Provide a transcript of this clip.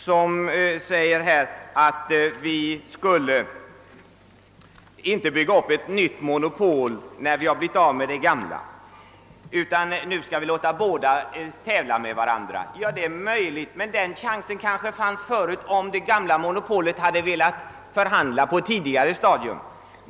Sedan sade herr Werner att vi inte skall bygga upp ett nytt monopol, när vi nu har blivit av med det gamla, utan vi skall låta de båda parterna tävla med varandra. Ja, det är möjligt. Men den chansen hade kanske funnits också förut, om det gamla monopolet hade velat förhandla på ett tidigare stadium.